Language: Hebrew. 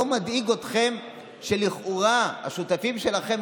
לא מדאיג אתכם שלכאורה השותפים שלכם,